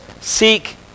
seek